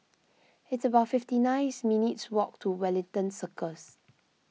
it's about fifty nice minutes walk to Wellington Circles